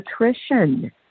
nutrition